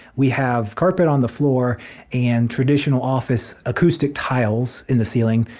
we have carpet on the floor and traditional office acoustic tiles in the ceiling,